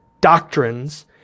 Doctrines